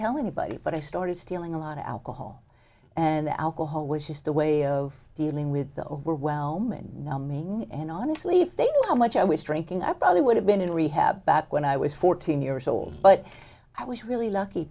tell anybody but i started stealing a lot of alcohol and alcohol which is the way of dealing with the overwhelm and numbing and honestly if they knew how much i was drinking i probably would have been in rehab back when i was fourteen years old but i was really lucky